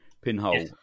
pinhole